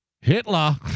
Hitler